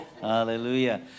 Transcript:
Hallelujah